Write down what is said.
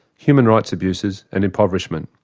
human rights abuses and impoverishment.